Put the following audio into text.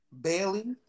Bailey